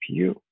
CPU